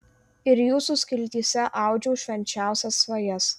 ir jūsų skiltyse audžiau švenčiausias svajas